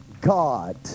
God